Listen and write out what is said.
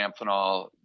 Amphenol